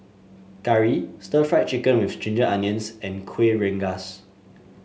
curry Stir Fried Chicken with Ginger Onions and Kueh Rengas